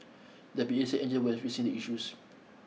the P A said were fixing the issues